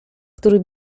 który